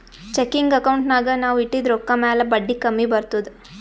checking ಅಕೌಂಟ್ನಾಗ್ ನಾವ್ ಇಟ್ಟಿದ ರೊಕ್ಕಾ ಮ್ಯಾಲ ಬಡ್ಡಿ ಕಮ್ಮಿ ಬರ್ತುದ್